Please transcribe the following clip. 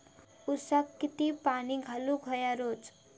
ऊसाक किती पाणी घालूक व्हया रोज?